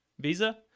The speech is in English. visa